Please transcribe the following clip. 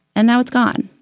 and now it's gone.